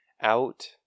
out